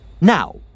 Now